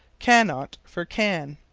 cannot for can.